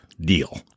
deal